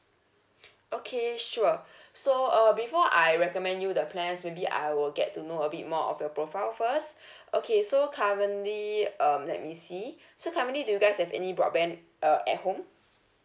okay sure so uh before I recommend you the plans maybe I will get to know a bit more of your profile first okay so currently um let me see so currently do you guys have any broadband uh at home